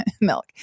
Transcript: milk